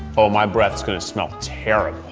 oh, my breath's going to smell terrible.